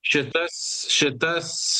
šitas šitas